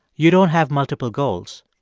you don't have multiple goals.